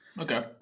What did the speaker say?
Okay